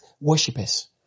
worshippers